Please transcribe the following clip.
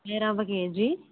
ఇడ్లిరవ్వ KG